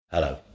Hello